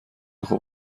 خوب